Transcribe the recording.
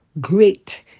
great